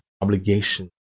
obligation